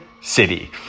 city